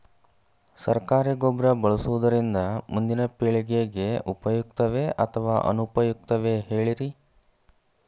ಸರಕಾರಿ ಗೊಬ್ಬರ ಬಳಸುವುದರಿಂದ ಮುಂದಿನ ಪೇಳಿಗೆಗೆ ಉಪಯುಕ್ತವೇ ಅಥವಾ ಅನುಪಯುಕ್ತವೇ ಹೇಳಿರಿ